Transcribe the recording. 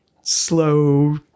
slow